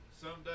Someday